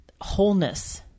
wholeness